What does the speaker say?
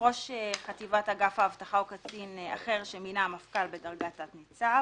"ראש חטיבת אגף האבטחה או קצין אחר שמינה המפכ"ל בדרגת תת ניצב".